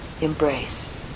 embrace